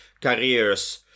careers